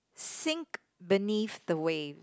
sink beneath the wave